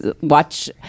watch